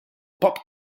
pop